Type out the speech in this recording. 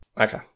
okay